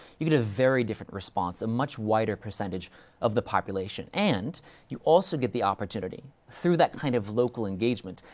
you get a very different response, a much wider percentage of the population. and you also get the opportunity, through that kind of local engagement,